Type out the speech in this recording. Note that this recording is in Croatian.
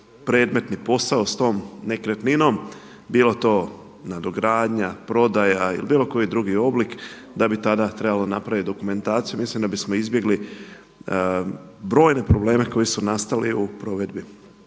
predmetni posao s tom nekretninom bilo to nadogradnja, prodaja ili bilo koji drugi oblik da bi tada trebalo napraviti dokumentaciju, mislim da bismo izbjegli brojne probleme koji su nastali u provedbi.